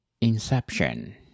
Inception